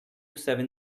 seven